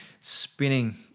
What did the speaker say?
spinning